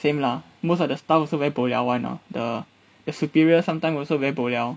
same lah most of the stuff also very bo liao [one] lah the the superior sometime also very bo liao